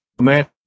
Man